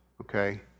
okay